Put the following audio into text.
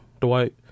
Dwight